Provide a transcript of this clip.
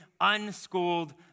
unschooled